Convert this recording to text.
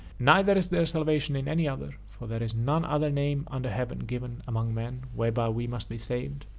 neither is there salvation in any other, for there is none other name under heaven given among men whereby we must be saved,